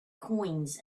coins